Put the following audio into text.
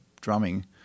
drumming